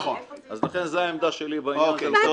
לכן זו העמדה שלי בעניין הזה.